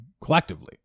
collectively